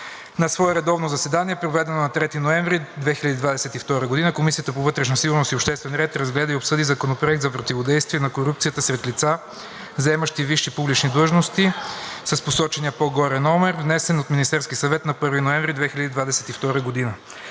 На свое редовно заседание, проведено на 3 ноември 2022 г., Комисията по вътрешна сигурност и обществен ред разгледа и обсъди Законопроекта за противодействие на корупцията сред лица, заемащи висши публични длъжности, с посочения по-горе номер, внесен от Министерския съвет на 1 ноември 2022 г.